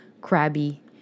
crabby